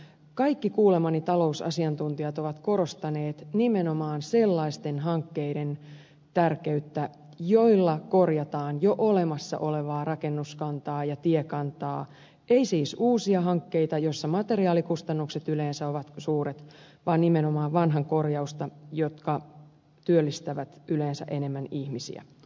kaikki kuulemani talousasiantuntijat ovat korostaneet nimenomaan sellaisten hankkeiden tärkeyttä joilla korjataan jo olemassa olevaa rakennuskantaa ja tiekantaa ei siis uusia hankkeita joissa materiaalikustannukset ovat yleensä suuret vaan nimenomaan vanhan korjausta mikä työllistää yleensä enemmän ihmisiä